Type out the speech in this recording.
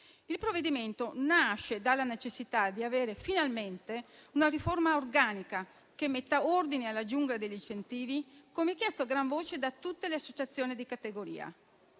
Il provvedimento nasce dalla necessità di avere finalmente una riforma organica che metta ordine alla giungla degli incentivi, come chiesto a gran voce da tutte le associazioni di categoria.